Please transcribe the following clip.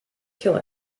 kill